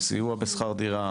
סיוע בשכר דירה,